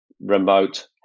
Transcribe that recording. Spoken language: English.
remote